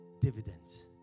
dividends